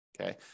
okay